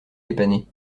dépanner